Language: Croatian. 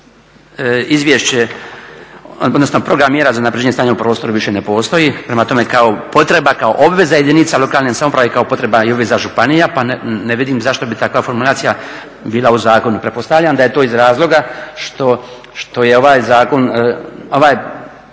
izvješće, odnosno program mjera za unapređenje stanja u prostoru više ne postoji, prema tome kao potreba, kao obveza jedinica lokalne samouprave i kao potreba i obveza županija pa ne vidim zašto bi takva formulacija bila u zakonu. Pretpostavljam da je to iz razloga što je ovaj zakon, ovaj